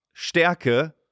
Stärke